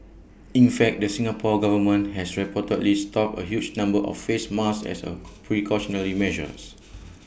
in fact the Singapore Government has reportedly stocked A huge number of face masks as A precautionary measures